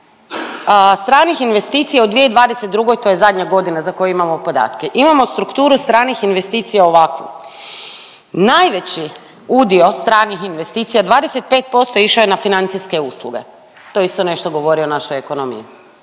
stranih investicija u 2022. to je zadnja godina za koju imamo podatke, imamo strukturu stranih investicija ovakvu najveći udio stranih investicija je 25% je išao na financijske usluge. To isto nešto govori o našoj ekonomiji,